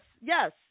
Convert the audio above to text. yes